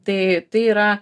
tai tai yra